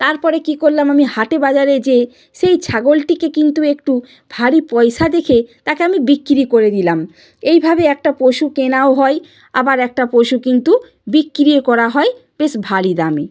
তারপরে কী করলাম আমি হাটে বাজারে যেয়ে সেই ছাগলটিকে কিন্তু একটু ভারী পয়সা দেখে তাকে আমি বিক্কিরি করে দিলাম এইভাবে একটা পশু কেনাও হয় আবার একটা পশু কিন্তু বিক্কিরি করা হয় বেশ ভারী দামে